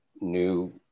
new